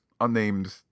unnamed